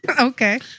Okay